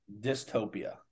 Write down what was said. dystopia